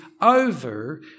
over